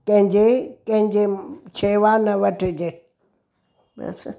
कंहिंजे कंहिंजे शेवा न वठिजे बसि